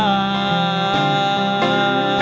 ah